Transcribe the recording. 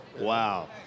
Wow